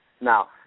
Now